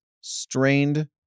Strained